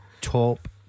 top